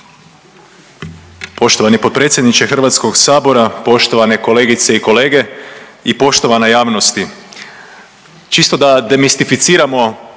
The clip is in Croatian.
Poštovani potpredsjedniče HS-a, poštovane kolegice i kolege i poštovana javnosti. Čisto da demistificiramo